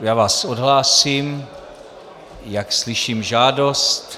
Já vás odhlásím, jak slyším žádost.